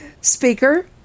Speaker